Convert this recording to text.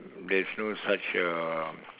there's no such uh